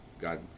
God